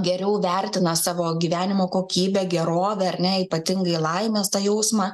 geriau vertina savo gyvenimo kokybę gerovę ar ne ypatingai laimės tą jausmą